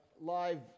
live